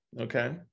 Okay